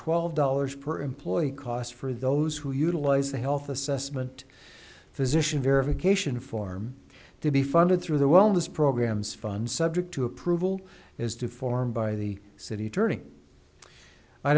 twelve dollars per employee cost for those who utilize the health assessment physician verification form to be funded through the wellness programs fund subject to approval as to form by the city attorney i